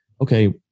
okay